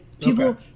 People